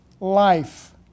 life